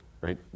right